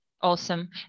Awesome